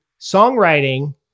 songwriting